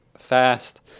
fast